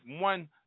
one